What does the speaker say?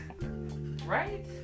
Right